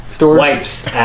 Wipes